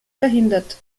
verhindert